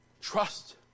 Trust